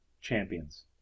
champions